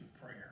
prayer